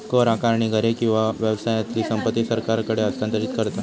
कर आकारणी घरे किंवा व्यवसायातली संपत्ती सरकारकडे हस्तांतरित करता